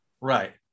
Right